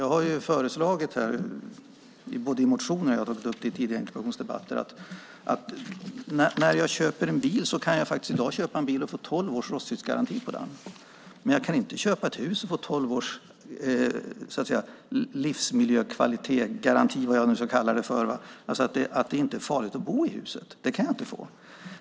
Jag har lagt fram mitt förslag både i motioner och i tidigare interpellationsdebatter. När jag köper en bil kan jag i dag få tolv års rostskyddsgaranti på den, men jag kan inte köpa ett hus och få så att säga tolv års livsmiljökvalitetsgaranti, eller vad jag nu ska kalla det, alltså en garanti för att det inte är farligt att bo i huset. Det kan jag inte få.